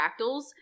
fractals